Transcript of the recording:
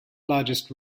largest